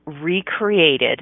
recreated